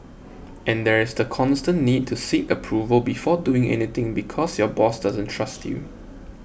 and there is the constant need to seek approval before doing anything because your boss doesn't trust you